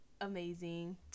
amazing